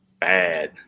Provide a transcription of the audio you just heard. bad